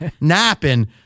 napping